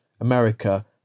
America